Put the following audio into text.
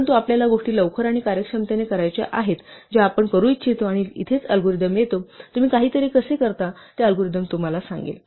परंतु आपल्याला गोष्टी लवकर आणि कार्यक्षमतेने करायच्या आहेत ज्या आपण करू इच्छितो आणि इथेच अल्गोरिदम येतो तुम्ही काहीतरी कसे करता ते अल्गोरिदम तुम्हाला सांगेल